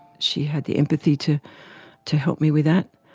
she had the empathy to to help me with that.